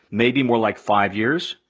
maybe more like five years.